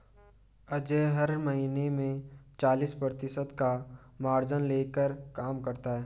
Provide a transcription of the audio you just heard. अजय हर महीने में चालीस प्रतिशत का मार्जिन लेकर काम करता है